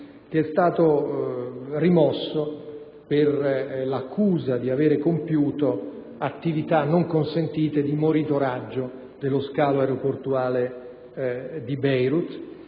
che è stato rimosso con l'accusa di avere compiuto attività non consentite di monitoraggio dello scalo aeroportuale di Beirut.